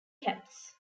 caps